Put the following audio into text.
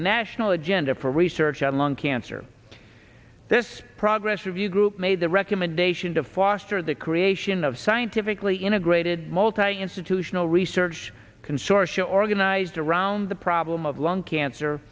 national agenda for research on lung cancer this progress review group made the recommendation to foster the creation of scientifically integrated malta institutional research consortia organized around the problem of lung cancer